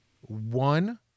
one